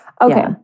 Okay